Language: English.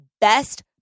best